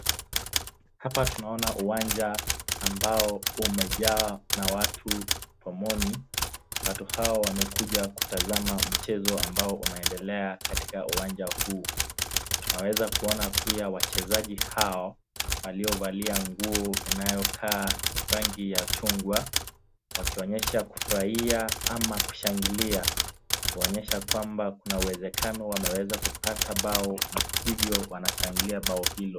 Hapa tunaona uwanja ambao umejaa na watu pomoni. Watu hawa wamekuja kutazama mchezo ambao unaendelea katika uwanja huu tunaweza kuona pia wachezaji hao waliovalia nguo inayokaa rangi ya chungwa wakionyesha kufurahia ama kushangilia kuonyesha kwamba kuna uwezekano wameweza kupata bao na hivyo wanashangilia bao hilo.